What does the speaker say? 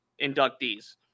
inductees